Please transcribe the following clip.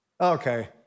Okay